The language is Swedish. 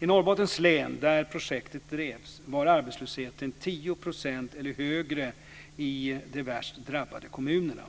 I Norrbottens län, där projektet drevs, var arbetslösheten 10 % eller högre i de värst drabbade kommunerna.